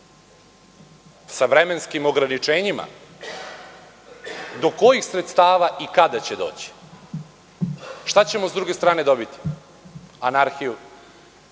sa vremenskim ograničenjima do kojih sredstava i kada će doći? Šta ćemo s druge strane dobiti? Anarhiju.